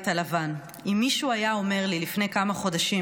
הלבן: "אם מישהו היה אומר לי לפני כמה חודשים,